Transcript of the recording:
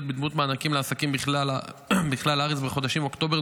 בדמות מענקים לעסקים בכלל הארץ בחודשים אוקטובר,